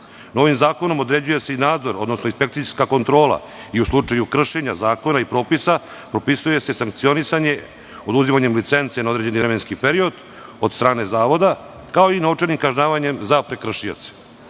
Novim zakonom određuje se i nadzor, odnosno inspekcijska kontrola i u slučaju kršenja zakona i propisa propisuje se sankcionisanje oduzimanjem licence na određeni vremenski period od strane zavoda, kao i novčanim kažnjavanjem za prekršioce. Novim